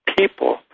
people